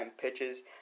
pitches